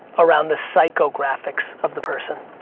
around the psychographics of the person.